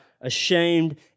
ashamed